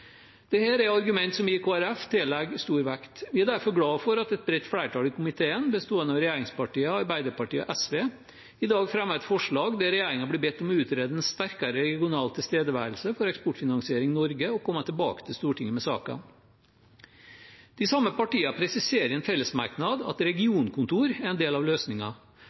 er argumenter som vi i Kristelig Folkeparti tillegger stor vekt. Vi er derfor glad for at et bredt flertall i komiteen bestående av regjeringspartiene, Arbeiderpartiet og SV i dag fremmer et forslag der regjeringen blir bedt om å utrede en sterkere regional tilstedeværelse for Eksportfinansiering Norge og komme tilbake til Stortinget med saken. De samme partiene presiserer i en fellesmerknad at regionkontor er en del av